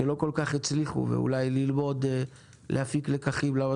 שלא כל כך הצליחו ואולי ללמוד להפיק לקחים למה